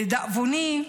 לדאבוני,